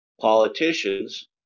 politicians